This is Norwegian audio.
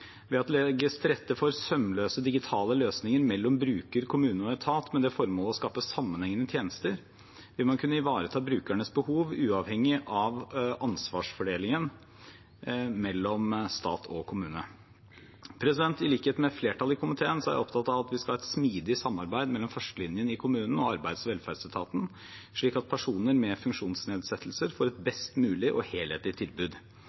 Ved at det legges til rette for sømløse digitale løsninger mellom bruker, kommune og etat, med det formål å skape sammenhengende tjenester, vil man kunne ivareta brukernes behov uavhengig av ansvarsfordelingen mellom stat og kommune. I likhet med flertallet i komiteen er jeg opptatt av at vi skal ha et smidig samarbeid mellom førstelinjen i kommunen og arbeids- og velferdsetaten, slik at personer med funksjonsnedsettelser får et best mulig og helhetlig tilbud.